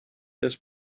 this